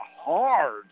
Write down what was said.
hard